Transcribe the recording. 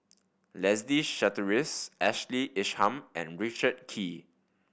Leslie Charteris Ashley Isham and Richard Kee